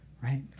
right